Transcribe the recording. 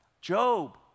Job